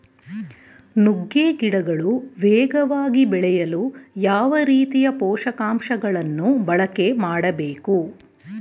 ನುಗ್ಗೆ ಗಿಡಗಳು ವೇಗವಾಗಿ ಬೆಳೆಯಲು ಯಾವ ರೀತಿಯ ಪೋಷಕಾಂಶಗಳನ್ನು ಬಳಕೆ ಮಾಡಬೇಕು?